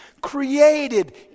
created